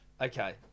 Okay